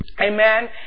Amen